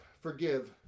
forgive